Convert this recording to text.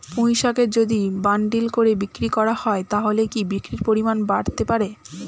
পুঁইশাকের যদি বান্ডিল করে বিক্রি করা হয় তাহলে কি বিক্রির পরিমাণ বাড়তে পারে?